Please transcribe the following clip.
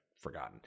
forgotten